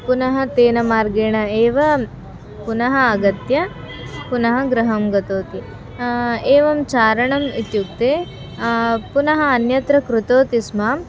पुनः तेन मार्गेण एव पुनः आगत्य पुनः गृहं गतवती एवं चारणम् इत्युक्ते पुनः अन्यत्र कृतवती स्म